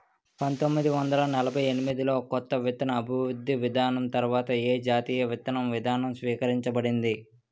పంతోమ్మిది వందల ఎనభై ఎనిమిది లో కొత్త విత్తన అభివృద్ధి విధానం తర్వాత ఏ జాతీయ విత్తన విధానం స్వీకరించబడింది?